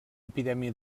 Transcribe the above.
epidèmia